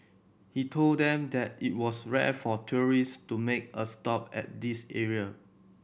he told them that it was rare for tourists to make a stop at this area